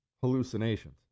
hallucinations